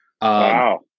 Wow